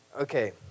Okay